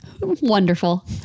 wonderful